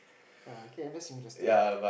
err K that's interesting